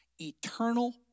Eternal